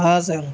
ہاں سر